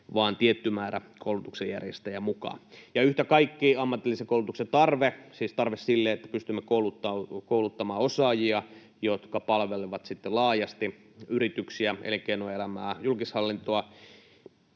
vain tietty määrä koulutuksen järjestäjiä mukaan. Yhtä kaikki on tarve ammatilliselle koulutukselle, siis tarve sille, että pystymme kouluttamaan osaajia, jotka palvelevat sitten laajasti yrityksiä, elinkeinoelämää, julkishallintoa.